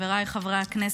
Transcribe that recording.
חברי חבריי הכנסת,